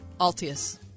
Altius